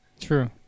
True